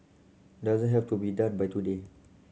doesn't have to be done by today